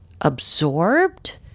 absorbed